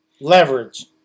Leverage